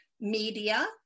media